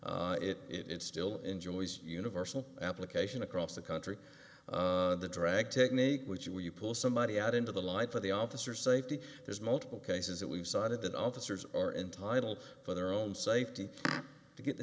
circuit it still enjoys universal application across the country the drag technique which when you pull somebody out into the life of the officer safety there's multiple cases that we've cited that officers are entitled for their own safety to get the